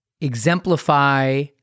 exemplify